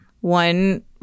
one